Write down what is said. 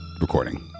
recording